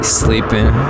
sleeping